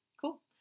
cool